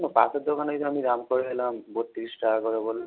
না পাশের দোকানেই তো আমি দাম করে এলাম বত্রিশ টাকা করে বললো